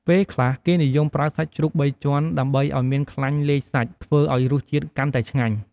ពេលខ្លះគេនិយមប្រើសាច់ជ្រូកបីជាន់ ដើម្បីឱ្យមានខ្លាញ់លាយសាច់ ធ្វើឱ្យរសជាតិកាន់តែឆ្ងាញ់។